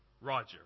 Roger